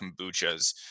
kombuchas